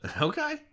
Okay